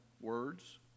words